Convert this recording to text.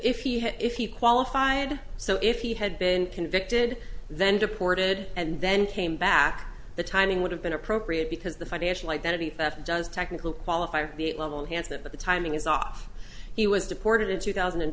had if he qualified so if he had been convicted then deported and then came back the timing would have been appropriate because the financial identity theft does technical qualify for the level of hands that the timing is off he was deported in two thousand and